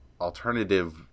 alternative